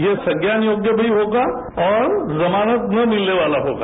यह संज्ञान योग्य भी होगा और जमानत ना मिलने वाला होगा